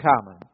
common